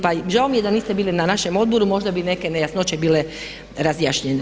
Pa žao mi je da niste bili na našem odboru, možda bi neke nejasnoće bile razjašnjene.